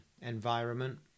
environment